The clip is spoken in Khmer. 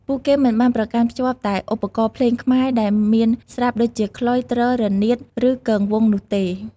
ពួកគេមិនបានប្រកាន់ខ្ជាប់តែឧបករណ៍ភ្លេងខ្មែរដែលមានស្រាប់ដូចជា ខ្លុយ ទ្រ រនាត ឬ គងវង្ស នោះទេ។